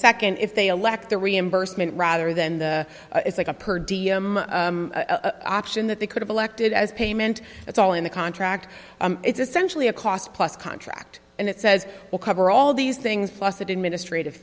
second if they elect the reimbursement rather than the it's like a perv option that they could have elected as payment it's all in the contract it's essentially a cost plus contract and it says we'll cover all these things plus administrative